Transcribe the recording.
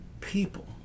people